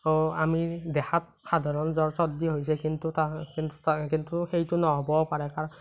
আমি দেখাত সাধাৰণ জ্বৰ চৰ্দি হৈছে কিন্তু তাৰ কিন্তু তাৰ কিন্তু সেইটো নহ'বও পাৰে তাৰ